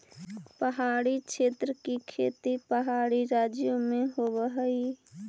पहाड़ी क्षेत्र की खेती पहाड़ी राज्यों में होवअ हई